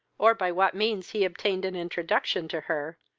or by what means he obtained an introduction to her,